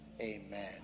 Amen